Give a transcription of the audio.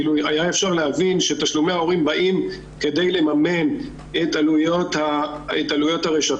היה אפשר להבין שתשלומי ההורים באים כדי לממן את עלויות הרשתות,